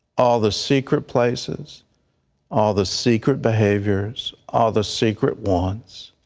all the secret places all the secret behaviors all the secret ones.